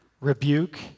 rebuke